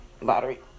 Lottery